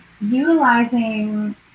utilizing